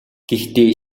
гэхдээ